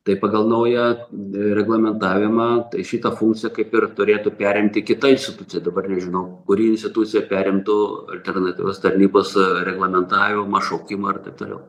tai pagal naują reglamentavimą tai šitą funkciją kaip ir turėtų perimti kita institucija dabar nežinau kuri institucija perimtų alternatyvius tarnybos reglamentavimą šaukimą ir taip toliau